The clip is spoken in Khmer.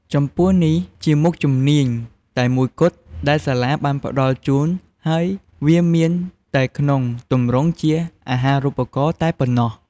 ចំពោះនេះជាមុខជំនាញតែមួយគត់ដែលសាលាបានផ្ដល់ជូនហើយវាមានតែក្នុងទម្រង់ជា អាហារូបករណ៍ តែប៉ុណ្ណោះ។